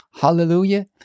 Hallelujah